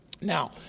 Now